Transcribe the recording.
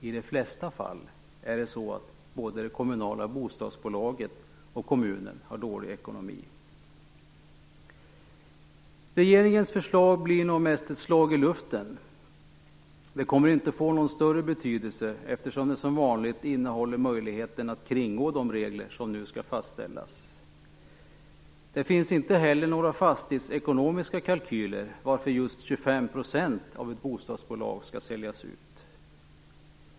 I de flesta fall är det så att både det kommunala bostadsbolaget och kommunen har dålig ekonomi. Regeringens förslag blir nog mest ett slag i luften. Det kommer inte att få någon större betydelse eftersom det som vanligt innehåller möjligheten att kringgå de regler som nu skall fastställas. Det finns inte heller några fastighetsekonomiska kalkyler som visar varför just 25 % av ett bostadsbolag skall säljas ut.